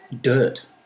dirt